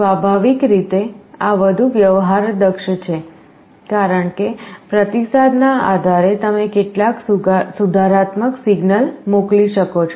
સ્વાભાવિક રીતે આ વધુ વ્યવહારદક્ષ છે કારણ કે પ્રતિસાદના આધારે તમે કેટલાક સુધારાત્મક સિગ્નલ મોકલી શકો છો